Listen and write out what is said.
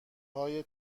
های